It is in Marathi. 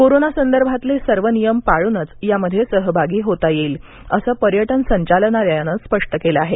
कोरोना संदर्भातले सर्व नियम पाळूनच यामध्ये सहभागी होता येईल असं पर्यटन संचालनालयानं स्पष्ट केलं आहे